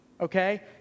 okay